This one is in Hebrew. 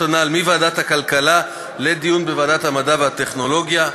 הנ"ל מוועדת הכלכלה לדיון בוועדת המדע והטכנולוגיה.